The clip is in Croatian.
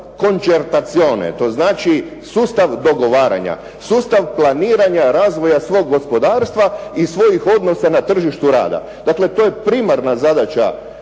l´organizzazione, to znači sustav dogovaranja, sustav planiranja razvoja svog gospodarstva i svog odnosa na tržištu rada. Dakle, to je primarna zadaća